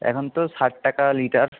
এখন তো ষাট টাকা লিটার